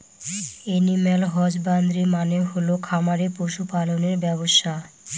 animal husbandry মানে হল খামারে পশু পালনের ব্যবসা